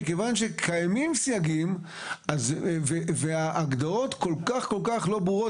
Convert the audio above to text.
מכיוון שקיימים סייגים וההגדרות כל כך לא ברורות,